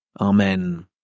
Amen